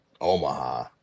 Omaha